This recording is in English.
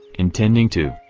intending to,